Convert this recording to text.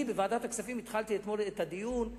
אני בוועדת הכספים התחלתי אתמול את הדיון,